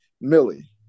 Millie